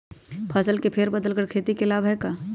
फसल के फेर बदल कर खेती के लाभ है का?